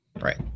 Right